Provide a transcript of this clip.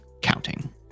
counting